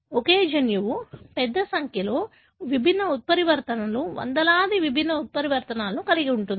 ఒకే జన్యువు పెద్ద సంఖ్యలో విభిన్న ఉత్పరివర్తనలు వందలాది విభిన్న ఉత్పరివర్తనాలను కలిగి ఉంటుంది